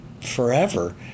forever